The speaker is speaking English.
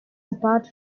apart